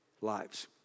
lives